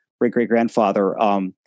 great-great-grandfather